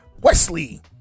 Wesley